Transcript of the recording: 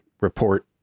report